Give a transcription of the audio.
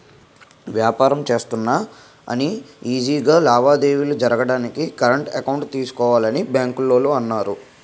వ్యాపారం చేస్తున్నా అని ఈజీ గా లావాదేవీలు జరగడానికి కరెంట్ అకౌంట్ తీసుకోవాలని బాంకోల్లు అన్నారు